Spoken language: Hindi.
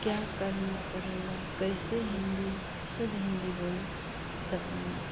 क्या करना पड़ेगा कैसे हिन्दी शुद्ध हिन्दी बोल सकूँगी